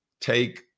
take